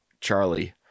charlie